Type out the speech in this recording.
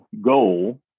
goal